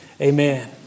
Amen